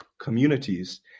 communities